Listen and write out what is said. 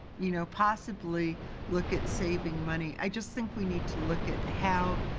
you know, possibly look at saving money. i just think we need to look at how